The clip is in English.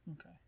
okay